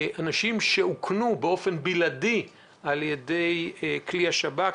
אנשים שאוכנו באופן בלעדי על ידי כלי השב"כ